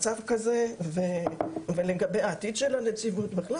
במשטרה, ולגבי העתיד של הנציבות בכלל.